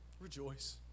rejoice